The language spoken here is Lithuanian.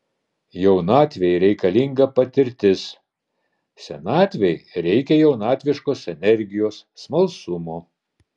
jaunatvei reikalinga patirtis senatvei reikia jaunatviškos energijos smalsumo